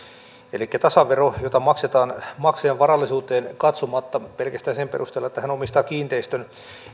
tasavero jota maksetaan maksajan varallisuuteen katsomatta pelkästään sen perusteella että hän omistaa kiinteistön